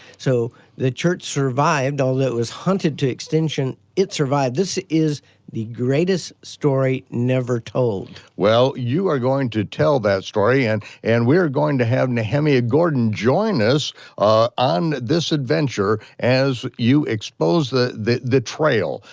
so the church survived, although it was hunted to extinction, it survived, this is the greatest story never told. well, you are going to tell that story, and and we are going to have nehemiah gordon join us on this adventure as you expose the the trail,